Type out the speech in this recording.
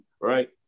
right